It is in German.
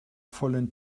vollen